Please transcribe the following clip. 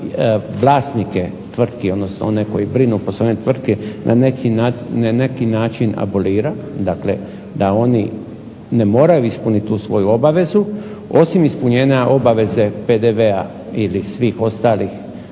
vlasnike tvrtki odnosno one koji brinu o poslovanju tvrtki na neki način abolira, dakle da oni ne moraju ispuniti tu svoju obavezu, osim obaveze ispunjenja PDV-a ili svih ostalih